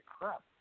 crap